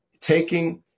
Taking